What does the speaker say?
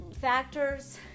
factors